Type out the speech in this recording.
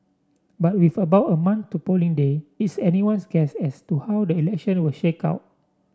but with about a month to polling day it's anyone's guess as to how the election will shake out